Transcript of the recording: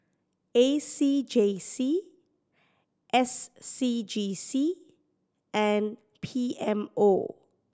A C J C S C G C and P M O